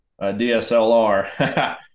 DSLR